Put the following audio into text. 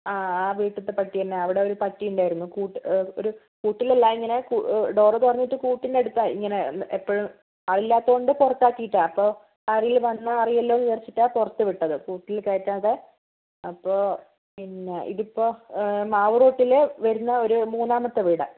ആ ആ വീട്ടിലത്തെ പട്ടി തന്നെ അവിടെ ഒരു പട്ടി ഉണ്ടായിരുന്നു കൂ ഒരു കൂട്ടിൽ അല്ല ഇങ്ങനെ ഡോർ തുറന്നിട്ട് കൂട്ടിൻ്റെ അടുത്ത ഇങ്ങനെ എപ്പോഴും ആളില്ലാത്തതുകൊണ്ട് പുറത്താക്കിയതാണ് അപ്പോൾ ആരെങ്കിലും വന്നാൽ അറിയുമല്ലോ എന്ന് വിചാരിച്ചിട്ടാണ് പുറത്ത് വിട്ടത് കൂട്ടിൽ കയറ്റാത്തത് അപ്പോൾ പിന്നെ ഇതിപ്പോൾ മാവൂർ റോട്ടിൽ വരുന്ന ഒരു മൂന്നാമത്തെ വീടാണ്